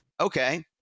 okay